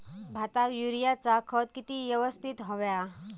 भाताक युरियाचा खत किती यवस्तित हव्या?